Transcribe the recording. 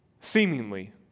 seemingly